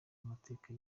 mateka